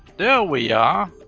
there we are!